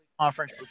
conference